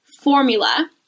formula